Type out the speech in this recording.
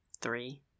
three